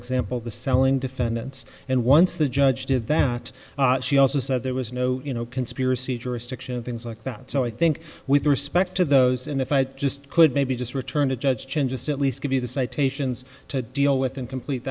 example the selling defendants and once the judge did that she also said there was no you know conspiracy jurisdiction things like that so i think with respect to those and if i just could maybe just return to judge chin just at least give you the citations to deal with and complete